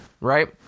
right